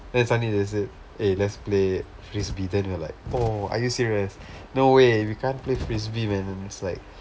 then suddenly they said eh let's play frisbee then we were like aw are you serious no way we can't play frisbee man and it's like